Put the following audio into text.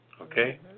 okay